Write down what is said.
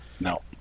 No